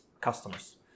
customers